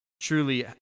Truly